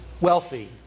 wealthy